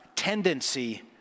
tendency